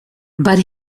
but